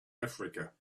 africa